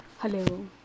Hello